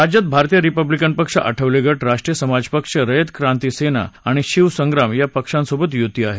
राज्यात भारतीय रिपब्लिकन पक्ष आठवले गट राष्ट्रीय समाज पक्ष रयत क्रांती सेना आणि शिवसंग्राम या पक्षांसोबत यूती आहे